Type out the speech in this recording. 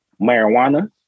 marijuana